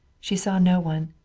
she saw no one.